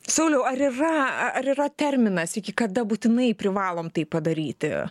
sauliau ar yra ar yra terminas iki kada būtinai privalom tai padaryti